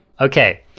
Okay